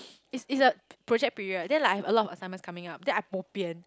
it's it's a project period then like I have a lot of assignment coming up then I boh pian